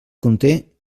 conté